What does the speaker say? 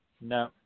No